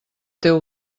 teu